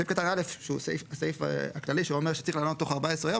סעיף קטן (א) שהוא הסעיף הכללי שאומר שצריך לענות תוך 14 יום,